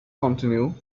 continue